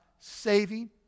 saving